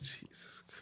Jesus